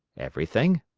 everything?